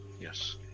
yes